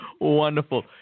Wonderful